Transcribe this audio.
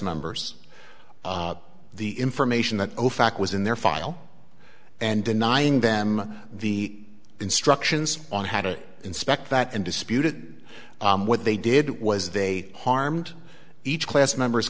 members the information that ofac was in their file and denying them the instructions on how to inspect that and disputed what they did was they harmed each class members